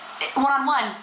one-on-one